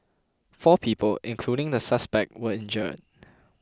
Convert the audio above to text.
four people including the suspect were injured